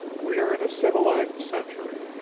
we are in a civilized century,